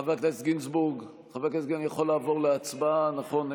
חבר הכנסת גינזבורג, אני יכול לעבור להצבעה, נכון?